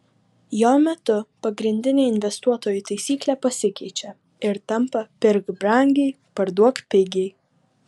jo metu pagrindinė investuotojų taisyklė pasikeičia ir tampa pirk brangiai parduok pigiai